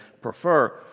prefer